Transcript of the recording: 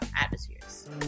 atmospheres